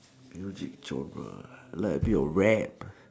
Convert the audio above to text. music genre like abit of rap